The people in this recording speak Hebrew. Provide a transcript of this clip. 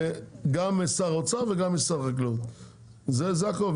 גם שר האוצר וגם שר החקלאות זה הכל,